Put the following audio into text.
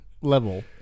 level